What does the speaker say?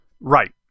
Right